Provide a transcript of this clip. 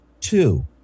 Two